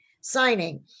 signing